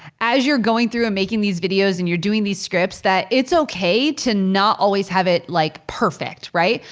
as you're going through and making these videos and you're doing these scripts that it's okay to not always have it like perfect, right?